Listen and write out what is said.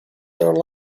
their